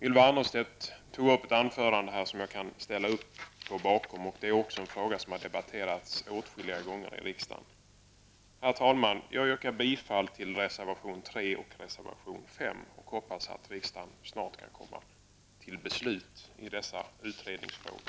Ylva Annerstedt tog upp detta i ett anförande som jag kan ställa upp bakom. Det är också en fråga som har debatterats åtskilliga gånger i riksdagen. Herr talman! Jag yrkar bifall till reservation 3 och reservation 5 och hoppas att riksdagen snart kan komma fram till beslut i dessa utredningsfrågor.